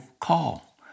call